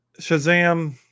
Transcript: Shazam